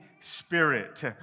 Spirit